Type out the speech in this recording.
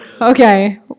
Okay